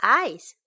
eyes